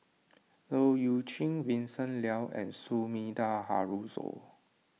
Leu Yew Chye Vincent Leow and Sumida Haruzo